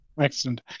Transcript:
Excellent